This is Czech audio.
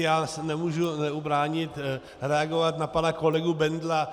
Já se nemůžu neubránit reagovat na pana kolegu Bendla.